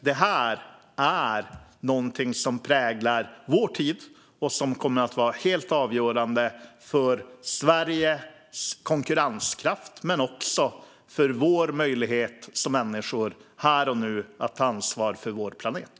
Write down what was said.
Detta är någonting som präglar vår tid och som kommer att vara helt avgörande för Sveriges konkurrenskraft - men också för vår möjlighet som människor, här och nu, att ta ansvar för vår planet.